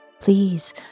please